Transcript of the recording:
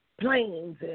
planes